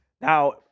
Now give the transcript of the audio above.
Now